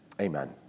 Amen